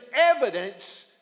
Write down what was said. evidence